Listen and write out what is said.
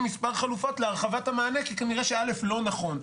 מספר חלופות להרחבת המענה כי כנראה שא' לא נכון.